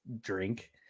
drink